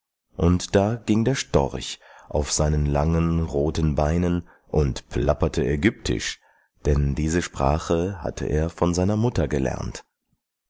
und da ging der storch auf seinen langen roten beinen und plapperte ägyptisch denn diese sprache hatte er von seiner mutter gelernt